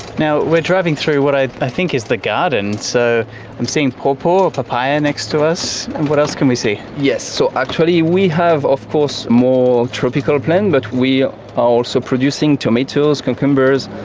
now, we're driving through what i think is the garden, so i'm seeing pawpaw, papaya, next to us. what else can we see? yes, so actually we have of course more tropical plants, but we are also producing tomatoes, cucumbers,